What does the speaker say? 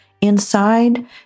inside